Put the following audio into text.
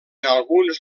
alguns